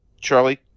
Charlie